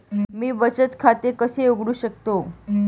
मी बचत खाते कसे उघडू शकतो?